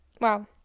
Wow